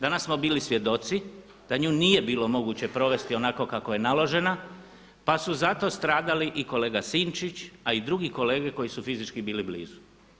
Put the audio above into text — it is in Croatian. Danas smo bili svjedoci da nju nije bilo moguće provesti onako kako je naložena pa su zato stradali i kolega Sinčić, a i drugi kolege koji su fizički bili blizu.